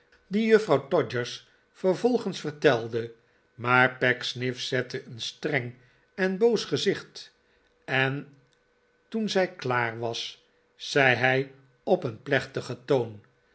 die juffrouw todgers vervolgens vertelde maar pecksniff zette een streng en boos gezicht en toen zij klaar was zei hij op een plechtigen toon